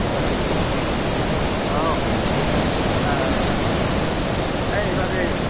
hello औ ओइ बाजै